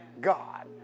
God